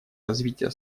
развития